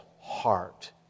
heart